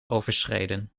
overschreden